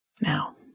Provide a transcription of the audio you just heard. Now